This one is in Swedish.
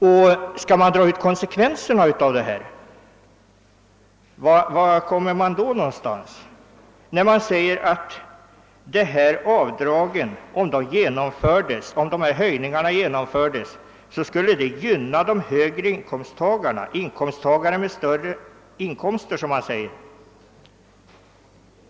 Om man skulle dra ut konsekvenserna av utskottets uttalande, kan man fråga vart det leder. Man säger att om höjningarna av dessa avdrag genomfördes, skulle det gynna inkomsttagarna med större inkomster.